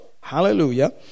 Hallelujah